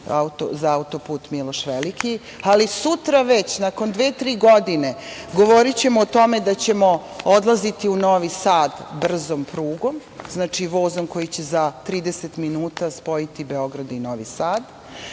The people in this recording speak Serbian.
za auto-put Miloš Veliki, ali sutra već, nakon dve, tri godine, govorićemo o tome da ćemo odlaziti u Novi Sad brzom prugom, vozom koji će za 30 minuta spojiti Beograd i Novi Sad.